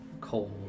cold